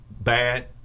Bad